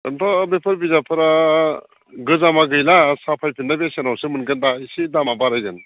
ओरैनोथ' बेफोर बिजाबफोरा गोजामा गैला साफाय फिननाय बेसेनावसो मोनगोन दा एसे दामा बारायगोन